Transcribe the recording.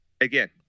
again